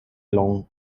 long